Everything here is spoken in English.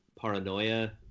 paranoia